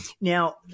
Now